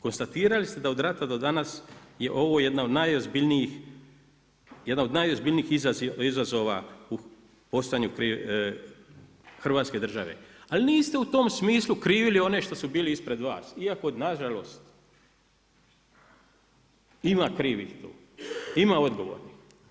Konstatirali ste da od rata do danas je ovo jedna od najozbiljnijih izazova u postojanju hrvatske države, ali niste u tom smislu krivili one što su bili ispred vas iako nažalost ima krivih tu, ima odgovora.